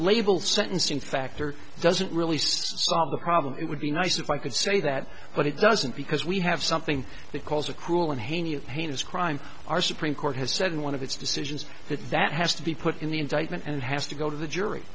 label sentencing factor doesn't really solve the problem it would be nice if i could say that but it doesn't because we have something that calls a cruel and hany of pain is crime our supreme court has said in one of its decisions that that has to be put in the indictment and it has to go to the jury